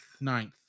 Ninth